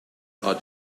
are